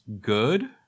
good